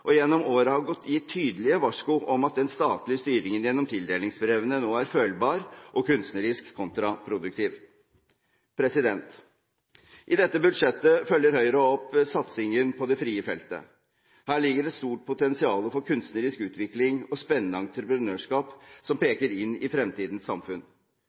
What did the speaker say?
de gjennom årene har gitt tydelige varsko om at den statlige styringen gjennom tildelingsbrevene nå er følbar og kunstnerisk kontraproduktiv. I dette budsjettet følger Høyre opp satsingen på det frie feltet. Her ligger et stort potensial for kunstnerisk utvikling og spennende entreprenørskap som peker inn i fremtidens samfunn.